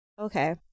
Okay